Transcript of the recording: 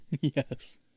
Yes